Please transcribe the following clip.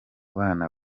bana